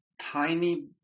tiny